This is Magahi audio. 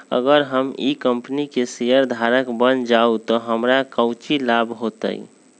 अगर हम ई कंपनी के शेयरधारक बन जाऊ तो हमरा काउची लाभ हो तय?